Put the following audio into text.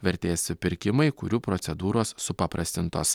vertės pirkimai kurių procedūros supaprastintos